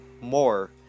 more